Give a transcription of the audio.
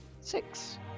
six